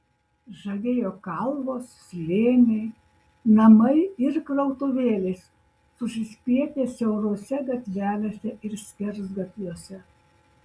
žavėjo kalvos slėniai namai ir krautuvėlės susispietę siaurose gatvelėse ir skersgatviuose